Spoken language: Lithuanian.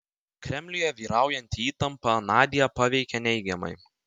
kremliuje vyraujanti įtampa nadią paveikė neigiamai